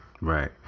Right